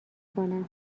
کنم